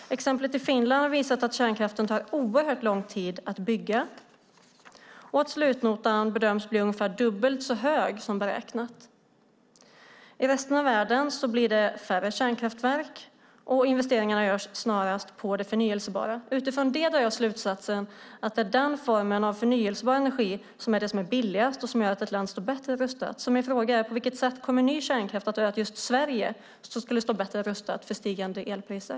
Exemplet i Finland visar att det tar oerhört lång tid att bygga kärnkraftverk, och slutnotan bedöms bli ungefär dubbelt så hög som beräknat. I resten av världen blir det färre kärnkraftverk, och investeringarna görs snarare i form av förnybart. Utifrån det drar jag slutsatsen att det är den formen av förnybar energi som är billigast och som gör att ett land står bättre rustat. På vilket sätt kommer ny kärnkraft att göra att just Sverige kommer att stå bättre rustat mot stigande elpriser?